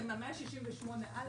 168א